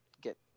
get